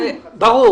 ברור.